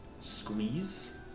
squeeze